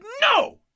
no